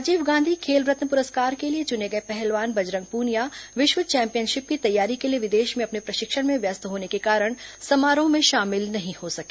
राजीव गांधी खेल रत्न पुरस्कार के लिए चूने गए पहलवान बजरंग पूनिया विश्व चैंपियनशिप की तैयारी के लिए विदेश में अपने प्रशिक्षण में व्यस्त होने के कारण समारोह में शामिल नहीं हो सके